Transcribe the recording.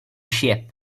sheep